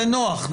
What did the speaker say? זה נוח,